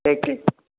ठीक ठीक